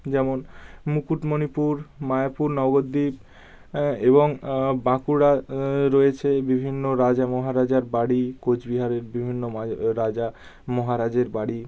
যেমন মুকুটমনিপুর মায়াপুর নবদ্বীপ এবং বাঁকুড়া রয়েছে বিভিন্ন রাজা মহারাজার বাড়ি কোচবিহারের বিভিন্ন মাজে রাজা মহারাজের বাড়ি